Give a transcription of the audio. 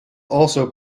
also